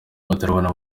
batarabona